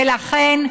ולכן,